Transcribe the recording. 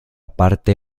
parte